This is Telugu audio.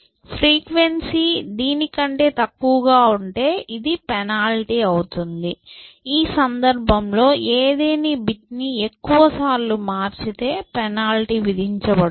ఫ్రీక్వెన్సీ దీని కంటే తక్కువగా ఉంటే ఇది పెనాల్టీ అవుతుంది ఈ సందర్భంలో ఏదేని బిట్ ని ఎక్కువగా సార్లు మార్చితే పెనాల్టీ విధించబడుతుంది